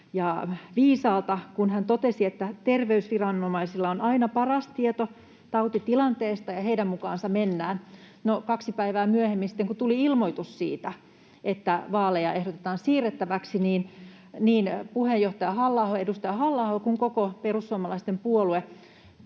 viisaalta, kun totesi, että terveysviranomaisilla on aina paras tieto tautitilanteesta ja heidän mukaansa mennään. No, sitten kaksi päivää myöhemmin, kun tuli ilmoitus siitä, että vaaleja ehdotetaan siirrettäväksi, niin puheenjohtaja, edustaja Halla-aho kuin koko perussuomalaisten puolue